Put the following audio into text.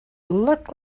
looked